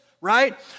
right